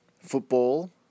football